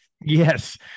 Yes